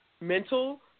mental